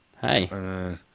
Hey